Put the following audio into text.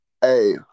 hey